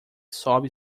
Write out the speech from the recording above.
sobe